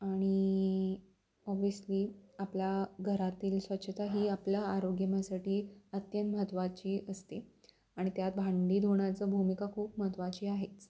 आणि ऑब्विसली आपला घरातील स्वच्छता ही आपल्या आरोग्यासाठी अत्यंत महत्त्वाची असते आणि त्यात भांडी धुण्याचा भूमिका खूप महत्वाची आहेच